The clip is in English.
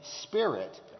Spirit